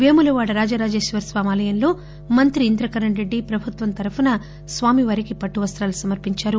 వేములవాడ రాజరాజేశ్వర స్వామి ఆలయంలో మంత్రి ఇంద్రకరణ్ రెడ్లి ప్రభుత్వం తరపును స్వామివారికి పట్లు వస్తాలు సమర్పించారు